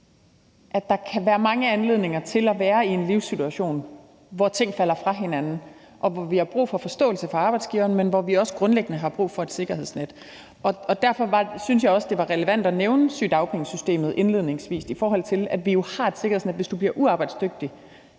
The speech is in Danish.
at der kan være mange anledninger til at være i en livssituation, hvor ting falder fra hinanden, og hvor vi har brug for forståelse fra arbejdsgiveren, men hvor vi også grundlæggende har brug for et sikkerhedsnet. Derfor synes jeg også, det var relevant at nævne sygedagpengesystemet indledningsvis, i forhold til at vi jo har et sikkerhedsnet. Hvis du bliver uarbejdsdygtig